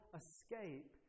escape